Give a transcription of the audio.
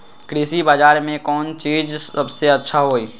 कृषि बजार में कौन चीज सबसे अच्छा होई?